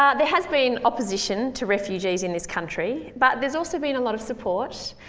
um there has been opposition to refugees in this country but there's also been a lot of support.